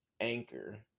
anchor